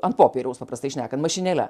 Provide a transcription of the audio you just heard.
an popieriaus paprastai šnekant mašinėle